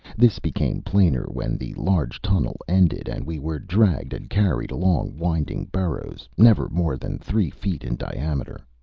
this became plainer when the large tunnel ended, and we were dragged and carried along winding burrows, never more than three feet in diameter.